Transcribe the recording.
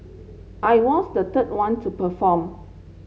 I was the third one to perform